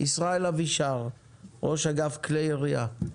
ישראל אבישר, ראש אגף כלי ירייה.